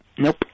Nope